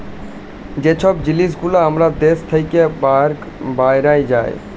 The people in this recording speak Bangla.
যে ছব জিলিস গুলা আমাদের দ্যাশ থ্যাইকে বাহরাঁয় যায়